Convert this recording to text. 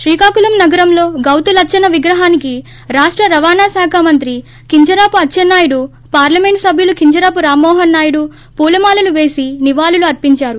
శ్రీకాకుళం నగరంలో గౌతు లచ్చన్న విగ్రహానికి రాష్ట రవాణా శాఖ మంత్రి కింజరాపు అచ్చెన్నా యుడు పార్లమెంట్ సభ్యులు కింజొరాపు రామ్మోహన్ నాయుడు పూల మాలలో పేసి నివాళులు అర్పించారు